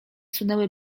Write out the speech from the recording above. sunęły